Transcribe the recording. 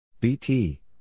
BT